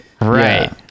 right